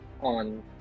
on